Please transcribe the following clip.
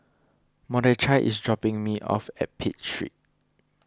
Mordechai is dropping me off at Pitt Street